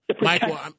Michael